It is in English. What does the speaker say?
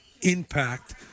impact